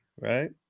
right